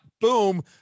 Boom